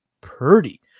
Purdy